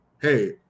hey